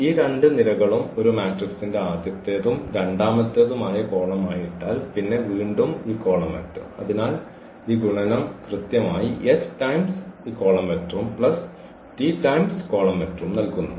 ഈ രണ്ട് നിരകളും ഒരു മാട്രിക്സിന്റെ ആദ്യത്തേതും രണ്ടാമത്തേതുമായ കോളമായി ഇട്ടാൽ പിന്നെ വീണ്ടും ഈ കോളം വെക്റ്റർ അതിനാൽ ഈ ഗുണനം കൃത്യമായി s ടൈംസ് ഈ കോളം വെക്റ്ററും പ്ലസ് t ടൈംസ് കോളം വെക്ടറും നൽകുന്നു